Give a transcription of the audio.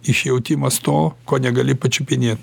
iš jautimas to ko negali pačiupinėt